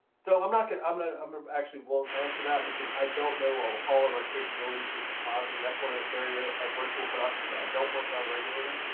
so um like and um i um um actually won't answer that, because i don't know all all of our capabilities with compositing. that's one ah area of virtual production that i don't work on regularly.